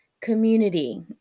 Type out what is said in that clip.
community